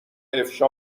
افشا